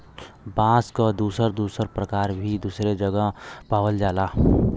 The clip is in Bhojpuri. बांस क दुसर दुसर परकार भी दुसरे जगह पावल जाला